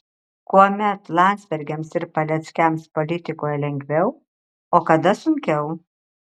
kuomet landsbergiams ir paleckiams politikoje lengviau o kada sunkiau